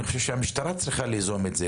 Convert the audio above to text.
אני חושב שהמשטרה היא זאת שצריכה ליזום את זה,